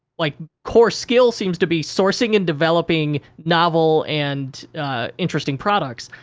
like, core skill seems to be sourcing and developing novel and interesting products.